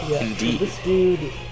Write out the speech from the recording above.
Indeed